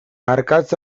arkatz